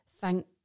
thank